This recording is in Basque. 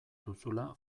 duzula